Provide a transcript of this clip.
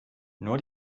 nur